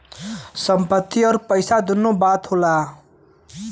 संपत्ति अउर पइसा दुन्नो बात होला